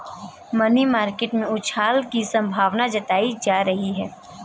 money market में उछाल की संभावना जताई जा रही है